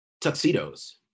tuxedos